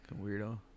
weirdo